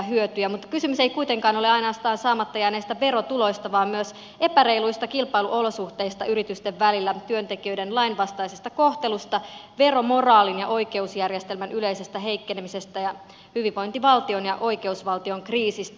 mutta kysymys ei kuitenkaan ole ainoastaan saamatta jääneistä verotuloista vaan myös epäreiluista kilpailuolosuhteista yritysten välillä työntekijöiden lainvastaisesta kohtelusta veromoraalin ja oikeusjärjestelmän yleisestä heikkenemisestä ja hyvinvointivaltion ja oikeusvaltion kriisistä